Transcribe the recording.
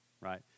Right